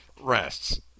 rests